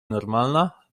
normalna